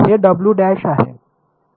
हे W dash आहे